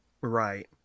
Right